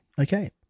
Okay